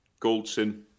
Goldson